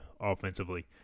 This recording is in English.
offensively